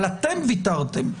אבל אתם ויתרתם.